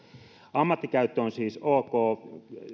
ammattikäyttö on siis ok